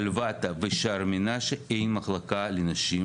שלוותה ושער מנשה אין מחלקה לנשים.